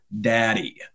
daddy